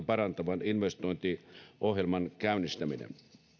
parantavan investointiohjelman käynnistäminen